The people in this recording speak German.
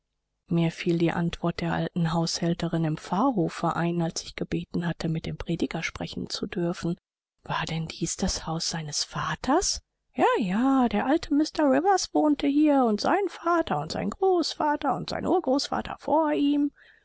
mir fiel die antwort der alten haushälterin im pfarrhofe ein als ich gebeten hatte mit dem prediger sprechen zu dürfen war denn dies das haus seines vaters ja ja der alte mr rivers wohnte hier und sein vater und sein großvater und sein urgroßvater vor ihm